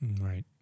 Right